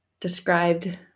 described